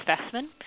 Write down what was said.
specimen